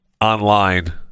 online